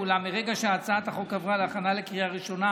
אולם מרגע שהצעת החוק עברה להכנה לקריאה ראשונה